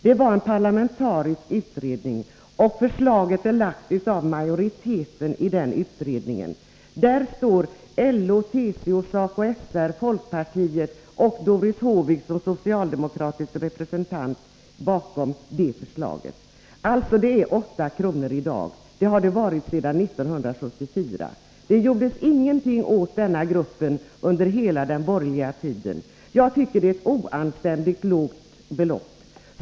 Det var en parlamentarisk utredning, och förslaget är framlagt av majoriteten i denna utredning. LO, TCO, SACO/SR, folkpartiet och Doris Håvik såsom socialdemokratisk representant står bakom förslaget. Beloppet är i dag 8 kr., och det har det varit sedan 1974. Det gjordes ingenting för denna grupp under hela den borgerliga tiden. Jag tycker att det är ett oanständigt lågt belopp.